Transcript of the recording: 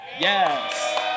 Yes